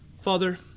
father